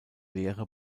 lehre